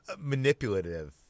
manipulative